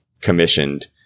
commissioned